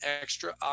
extra